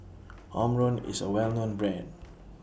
Omron IS A Well known Brand